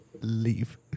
Leave